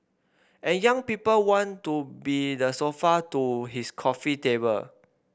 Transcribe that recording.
and young people want to be the sofa to his coffee table